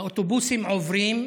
האוטובוסים עוברים,